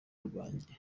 rwanjye